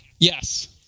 Yes